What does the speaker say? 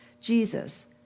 Jesus